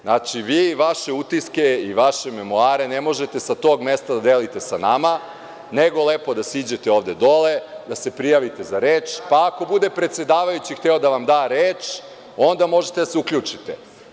Znači, vi vaše utiske i vaše memoare ne možete sa tog mesta da delite sa nama, nego lepo da siđete ovde dole, da se prijavite za reč, pa ako bude predsedavajući hteo da vam da reč, onda možete da se uključite.